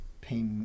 Pay